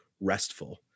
restful